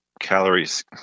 Calories